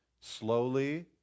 slowly